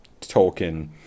tolkien